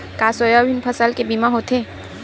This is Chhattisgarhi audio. का सोयाबीन फसल के बीमा होथे?